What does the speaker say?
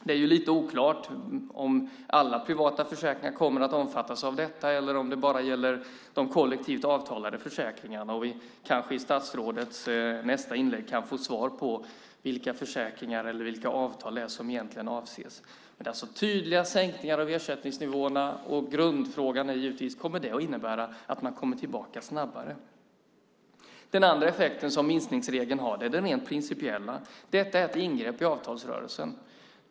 Det är lite oklart om alla privata försäkringar kommer att omfattas av detta eller om det bara gäller de kollektivt avtalade försäkringarna. Vi kanske i statsrådets nästa inlägg kan få svar på vilka avtal det är som egentligen avses. Det handlar om tydliga sänkningar av ersättningsnivåerna, och grundfrågan är givetvis: Kommer detta att innebära att man kommer tillbaka snabbare? Den andra effekten som minskningsregeln har är den rent principiella. Detta är ett ingrepp i avtalsrörelsen.